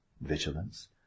vigilance